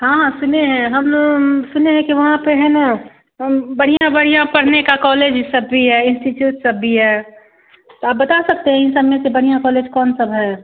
हाँ हाँ सुने हैं हम सुने हैं कि वहाँ पर है ना बढ़ियाँ बढ़ियाँ पढ़ने का कॉलेज यह सब भी है इन्स्टीट्यूट सब भी है तो आप बता सकते हैं इन सबमें से बढ़ियाँ कॉलेज कौन सब है